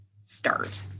start